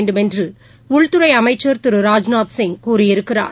வேண்டுமென்று உள்துறை அமைச்சர் திரு ராஜ்நாத்சிங் கூறியிருக்கிறார்